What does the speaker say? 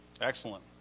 Excellent